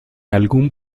algún